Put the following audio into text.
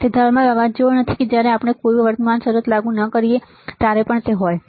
તેથી તે થર્મલ અવાજ જેવો નથી કે જ્યારે આપણે કોઈ વર્તમાન શરત લાગુ ન કરીએ ત્યારે પણ તે ત્યાં હોય છે